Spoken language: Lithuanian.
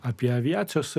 apie aviacijos